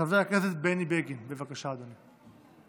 חבר הכנסת בני בגין, בבקשה, אדוני.